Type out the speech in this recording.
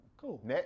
Cool